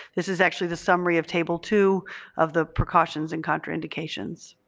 this is actually the summary of table two of the precautions and contraindications.